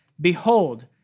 Behold